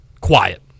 quiet